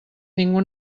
ningú